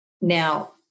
Now